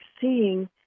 seeing